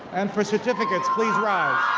and for certificates, please rise.